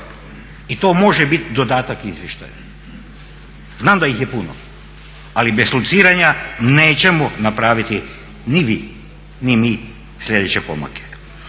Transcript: I to može bit dodatak izvještaju. Znam da ih je puno, ali bez lociranja nećemo napraviti ni vi ni mi sljedeće pomake.